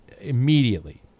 immediately